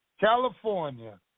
California